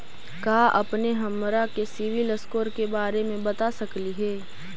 का अपने हमरा के सिबिल स्कोर के बारे मे बता सकली हे?